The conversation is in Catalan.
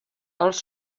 els